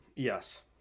Yes